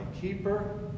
keeper